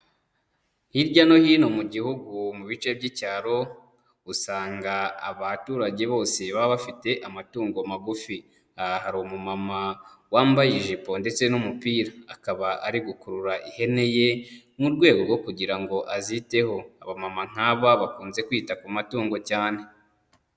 Hirya no hino mu gihugu mu bice by'icyaro, usanga abaturage bose baba bafite amatungo magufi, aha hari umumama wambaye ijipo ndetse n'umupira, akaba ari gukurura ihene ye, mu rwego rwo kugira ngo aziteho, abamama nk'aba bakunze kwita ku matungo cyane.